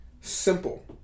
simple